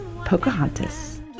Pocahontas